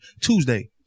Tuesday